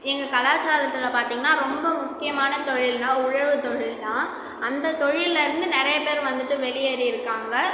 எங்கள் கலாச்சாரத்தில் பார்த்திங்கன்னா ரொம்ப முக்கியமான தொழில்ன்னா உழவு தொழில் தான் அந்த தொழிலில் இருந்து நிறைய பேர் வந்துவிட்டு வெளியேறி இருக்காங்க